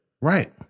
right